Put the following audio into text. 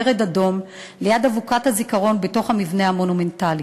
ורד אדום ליד אבוקת הזיכרון בתוך המבנה המונומנטלי.